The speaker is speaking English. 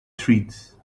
treats